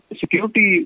security